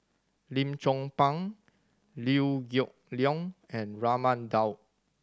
Lim Chong Pang Liew Geok Leong and Raman Daud